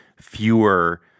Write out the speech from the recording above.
fewer